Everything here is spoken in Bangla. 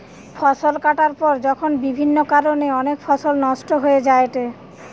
ফসল কাটার পর যখন বিভিন্ন কারণে অনেক ফসল নষ্ট হয়ে যায়েটে